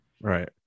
Right